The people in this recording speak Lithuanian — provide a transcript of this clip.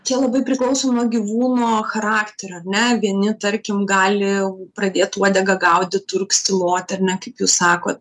čia labai priklauso nuo gyvūno charakterio ar ne vieni tarkim gali pradėt uodegą gaudyt urgzti loti ar ne kaip jūs sakot